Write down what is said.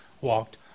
walked